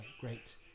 great